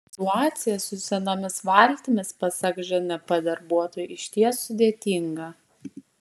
situacija su senomis valtimis pasak žnp darbuotojų išties sudėtinga